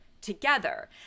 together